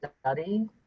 study